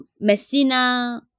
Messina